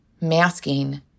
masking